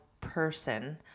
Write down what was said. person